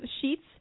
sheets